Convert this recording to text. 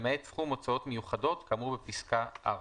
למעט סכום הוצאות מיוחדות כאמור בפסקה (4).